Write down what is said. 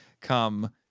come